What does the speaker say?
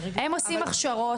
הם עושים הכשרות,